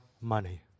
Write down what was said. money